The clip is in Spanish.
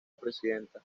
presidenta